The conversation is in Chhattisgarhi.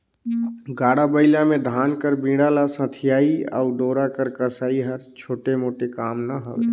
गाड़ा बइला मे धान कर बीड़ा ल सथियई अउ डोरा कर कसई हर छोटे मोटे काम ना हवे